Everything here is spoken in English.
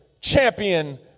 champion